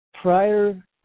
prior